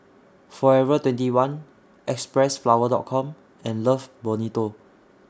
Forever twenty one Xpressflower Com and Love Bonito